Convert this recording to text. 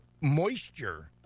moisture